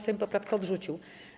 Sejm poprawkę odrzucił.